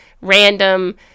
Random